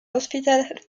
hospital